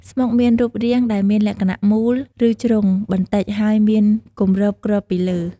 ស្មុកមានរូបរាងដែលមានលក្ខណៈមូល ឬជ្រុងបន្តិចហើយមានគម្របគ្របពីលើ។